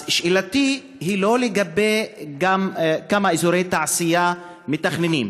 שאלתי היא לא לגבי כמה אזורי תעשייה מתכננים,